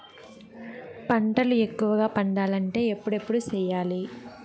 పంటల ఎక్కువగా పండాలంటే ఎప్పుడెప్పుడు సేయాలి?